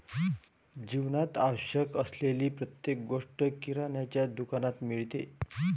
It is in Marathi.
जीवनात आवश्यक असलेली प्रत्येक गोष्ट किराण्याच्या दुकानात मिळते